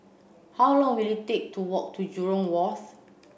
how long will it take to walk to Jurong Wharf